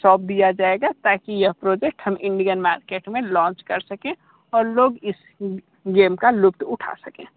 सौंप दिया जाएगा ताकि यह प्रोजेक्ट हम इंडियन मार्केट में लॉन्च कर सकें और लोग इस गेम का लुत्फ़ उठा सकें